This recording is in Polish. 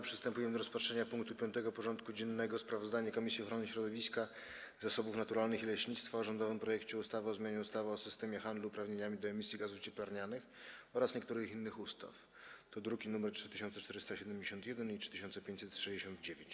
Przystępujemy do rozpatrzenia punktu 5. porządku dziennego: Sprawozdanie Komisji Ochrony Środowiska, Zasobów Naturalnych i Leśnictwa o rządowym projekcie ustawy o zmianie ustawy o systemie handlu uprawnieniami do emisji gazów cieplarnianych oraz niektórych innych ustaw (druki nr 3471 i 3569)